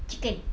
chicken